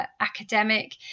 academic